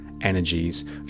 energies